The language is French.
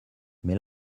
mais